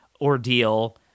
ordeal